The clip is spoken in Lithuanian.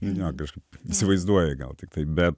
ne kažkaip įsivaizduoji gal tiktai bet